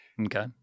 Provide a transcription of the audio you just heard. Okay